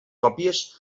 còpies